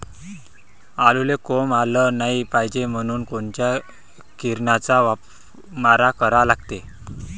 आलूले कोंब आलं नाई पायजे म्हनून कोनच्या किरनाचा मारा करा लागते?